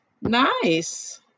nice